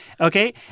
Okay